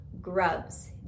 grubs